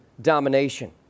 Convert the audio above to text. domination